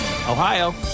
Ohio